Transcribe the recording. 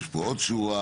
יש פה עוד שורה,